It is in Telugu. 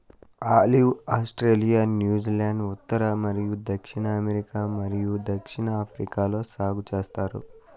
ఆలివ్ ను ఆస్ట్రేలియా, న్యూజిలాండ్, ఉత్తర మరియు దక్షిణ అమెరికా మరియు దక్షిణాఫ్రికాలో సాగు చేస్తారు